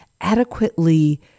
adequately